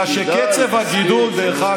בגלל שקצב הגידול אחר כך,